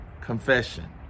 confession